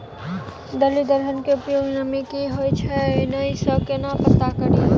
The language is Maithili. दालि दलहन केँ उपज मे नमी हय की नै सँ केना पत्ता कड़ी?